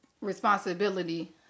Responsibility